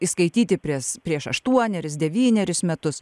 įskaityti pries prieš aštuonerius devynerius metus